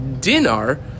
dinar